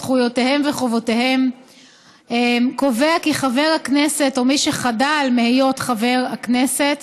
זכויותיהם וחובותיהם קובע כי חבר הכנסת או מי שחדל מהיות חבר הכנסת